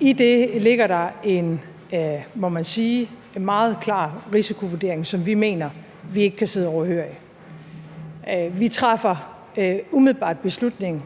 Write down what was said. I det ligger der en, må man sige, meget klar risikovurdering, som vi mener vi ikke kan sidde overhørig. Vi træffer umiddelbart beslutning